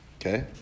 Okay